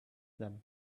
them